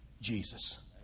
Jesus